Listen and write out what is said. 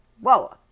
Whoa